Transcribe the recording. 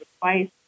twice